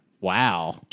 Wow